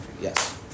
Yes